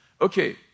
Okay